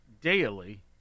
daily